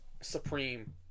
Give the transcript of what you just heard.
Supreme